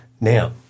Now